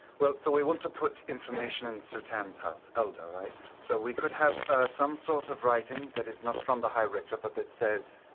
so we want to put information in sutan's house elder right? so we could have some sort of writing that is not from the high-richter, but that says